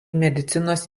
medicinos